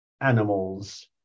animals